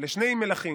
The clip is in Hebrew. לשני מלכים,